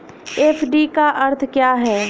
FD का अर्थ क्या है?